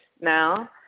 now